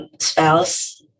spouse